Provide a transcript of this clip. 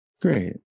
Great